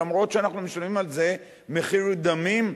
למרות שאנחנו משלמים על זה מחיר דמים.